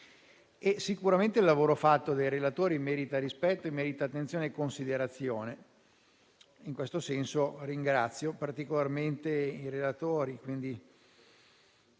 Sicuramente il lavoro fatto dai relatori merita rispetto, attenzione e considerazione e in questo senso li ringrazio particolarmente. Non